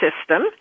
system